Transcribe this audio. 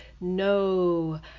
NO